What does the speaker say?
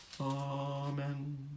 Amen